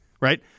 Right